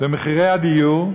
ומחירי הדיור,